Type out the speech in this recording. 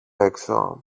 έξω